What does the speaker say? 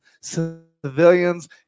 civilians